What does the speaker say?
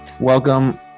welcome